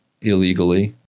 illegally